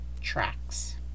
tracks